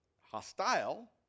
hostile